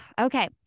Okay